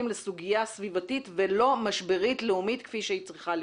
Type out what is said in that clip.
לסוגיה סביבתית ולא משברית-לאומית כפי שהיא צריכה להיות.